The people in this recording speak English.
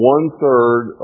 One-third